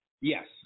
Yes